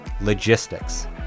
logistics